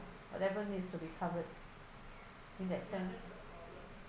whatever needs to be covered in that sense